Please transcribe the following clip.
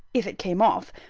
if it came off,